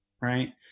right